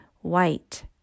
white